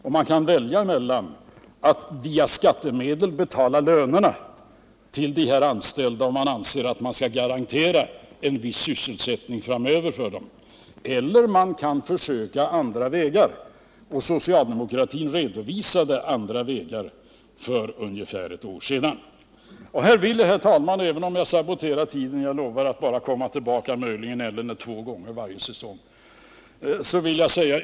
Då kan man välja mellan att via skattemedel betala lönerna till de anställda, om man anser att man skall garantera en viss sysselsättning framöver för dem, eller att pröva andra vägar. Socialdemokratin anvisade andra vägar för ungefär ett år sedan. Herr talman! Även om jag saboterar tidsschemat vill jag i det här sammanhanget säga ytterligare en sak — jag lovar att bara komma tillbaka en eller möjligen två gånger varje säsong.